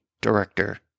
director